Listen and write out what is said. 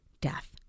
death